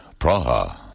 Praha